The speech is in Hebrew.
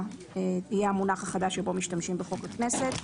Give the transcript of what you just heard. יהיה המונח החדש שבו משתמשים בחוק הכנסת.